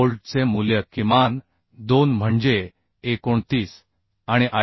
बोल्टचे मूल्य किमान दोन म्हणजे 29 आणि 74